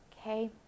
Okay